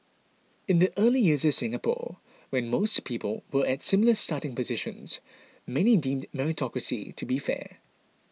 in the early years of Singapore when most people were at similar starting positions many deemed meritocracy to be fair